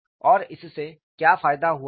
और इससे क्या फायदा हुआ है